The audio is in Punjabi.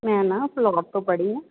ਮੈਂ ਨਾ ਫਿਲੌਰ ਤੋਂ ਪੜ੍ਹੀ ਹਾਂ